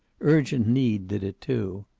urgent need did it, too.